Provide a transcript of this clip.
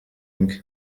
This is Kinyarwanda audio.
inc